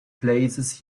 place